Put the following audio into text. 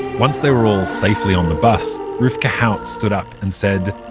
once they were all safely on the bus, rivka haut stood up and said,